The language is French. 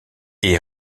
est